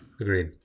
Agreed